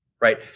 right